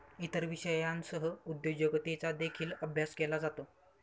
इतर विषयांसह उद्योजकतेचा देखील अभ्यास केला जातो